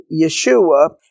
Yeshua